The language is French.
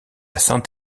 saint